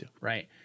right